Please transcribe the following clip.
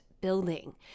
building